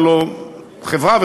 הלוא חברה,